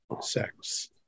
sex